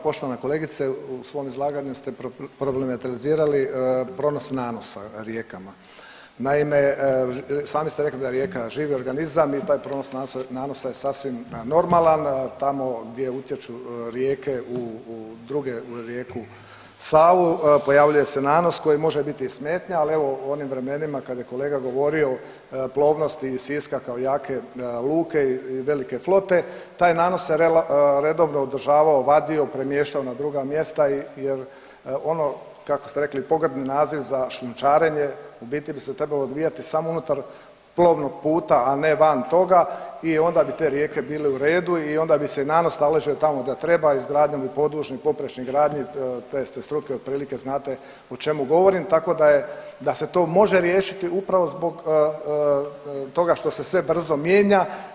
Poštovana kolegice u svom izlaganju ste problematizirali pronos nanosa rijekama, naime sami ste rekli da je rijeka živi organizam i taj pronos nanosa je sasvim normalan, tamo gdje utječu rijeke u druge u rijeku Savu pojavljuje se nanos koji može biti smetnja, ali evo u onim vremenima kad je kolega govorio o plovnosti Siska kao jake luke i velike flote taj nanos se redovno održavao, vadio, premještao na druga mjesta jer ono kako ste rekli pogrdni naziv za šljunčarenje u biti bi se trebao odvijati samo unutar plovnog puta, a ne van toga i onda bi te rijeke bile u redu i onda bi se nanos taložio tamo gdje treba, izgradnjom bi … poprečni gradnji te ste struke otprilike znate o čemu govorim, tako da se to može riješiti upravo zbog toga što se sve brzo mijenja.